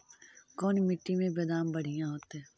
कोन मट्टी में बेदाम बढ़िया होतै?